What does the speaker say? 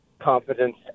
confidence